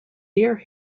deer